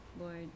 Lord